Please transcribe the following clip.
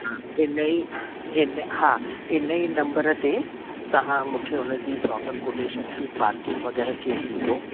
इन ई इन हा इन ई नंबर ते तव्हां खे उन जी प्रोपर कोटेशन की पार्किंग वग़ैरह कीअं ॾींदो